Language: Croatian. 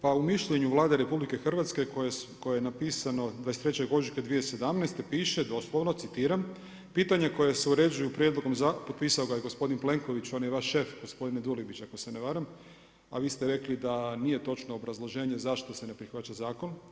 Pa u mišljenju Vlade RH, koja je napisano 23. ožujka 2017. piše doslovno citiram, pitanja koja se uređuju u prijedlogom, potpisao ga je gospodin Plenković, on je vaš šef, gospodine Dulibić, ako se ne varam, a vi ste rekli, da nije točno obrazloženje zašto se ne prihvaća zakon.